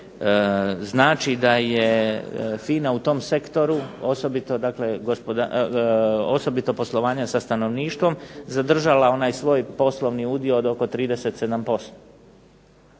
znači da je FINA u tom sektoru, osobito dakle poslovanja sa stanovništvom zadržala onaj svoj poslovni udio od oko 37%.